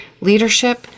leadership